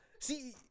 See